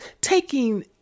taking